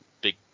big